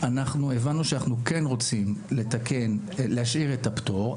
הבנו שאנחנו כן רוצים להשאיר את הפטור.